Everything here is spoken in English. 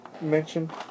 Mention